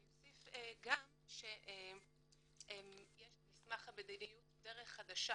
אני אוסיף גם שיש מסמך המדיניות "דרך חדשה",